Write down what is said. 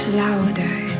louder